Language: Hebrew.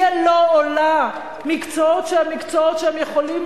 יהיה לו או לה מקצועות שהם מקצועות שיכולים